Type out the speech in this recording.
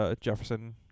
Jefferson